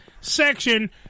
section